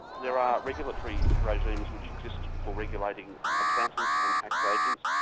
there are regulatory regimes which exist for regulating accountants and tax agents,